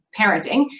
parenting